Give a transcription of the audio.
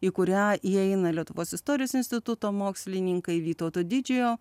į kurią įeina lietuvos istorijos instituto mokslininkai vytauto didžiojo